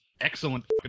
excellent